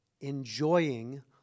enjoying